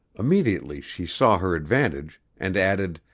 immediately she saw her advantage, and added,